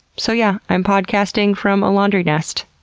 so yeah, i'm podcasting from a laundry nest,